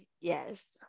Yes